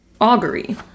augury